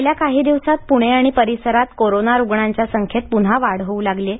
गेल्या काही दिवसांत पूणे आणि परिसरातील कोरोना रुग्णांच्या संख्येत पुन्हा वाढ होऊ लागली आहे